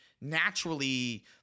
naturally